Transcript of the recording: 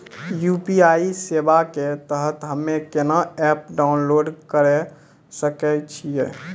UPI सेवा के तहत हम्मे केना एप्प डाउनलोड करे सकय छियै?